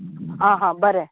बरें